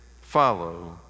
Follow